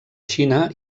xina